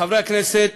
חברי הכנסת